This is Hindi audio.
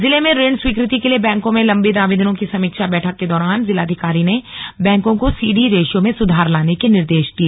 जिले में ऋण स्वीकृति के लिए बैंकों में लंबित आवेदनों की समीक्षा बैठक के दौरान जिलाधिकारी ने बैंकों को सीडी रेश्यों में सुधार लाने के निर्देश दिए